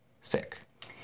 sick